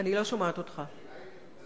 --- השאלה היא נקודת הזיהוי.